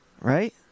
right